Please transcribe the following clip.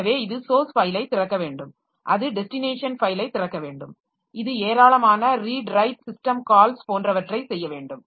எனவே இது ஸோர்ஸ் ஃபைலை திறக்க வேண்டும் அது டெஸ்டினேஷன் ஃபைலை திறக்க வேண்டும் இது ஏராளமான ரீட் ரைட் சிஸ்டம் கால்ஸ் போன்றவற்றை செய்ய வேண்டும்